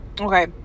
Okay